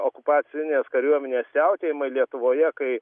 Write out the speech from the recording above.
okupacinės kariuomenės siautėjimai lietuvoje kai